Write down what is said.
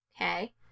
Okay